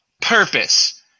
purpose